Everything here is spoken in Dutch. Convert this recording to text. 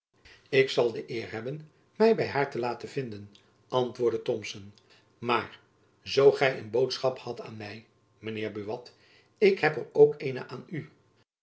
ik zal de eer hebben my by haar te laten vinjacob van lennep elizabeth musch den antwoordde thomson maar zoo gy een boodschap hadt aan my mijn heer buat ik heb er ook eene aan u